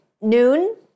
noon